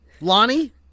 Lonnie